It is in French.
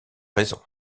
raison